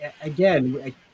again